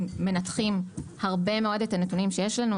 מנתחים הרבה מאוד את הנתונים שיש לנו.